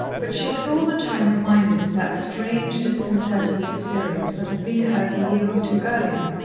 but she was all the time reminded of that strange, disconcerting experience that had been hers a year or two earlier,